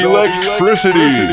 Electricity